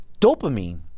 Dopamine